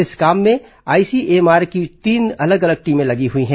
इस काम में आईसीएमआर की तीन अलग अलग टीमें लगी हुई हैं